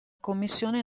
commissione